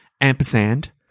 ampersand